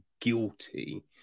Guilty